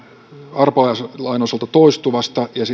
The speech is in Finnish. arpajaislain osalta toistuvasta